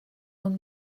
going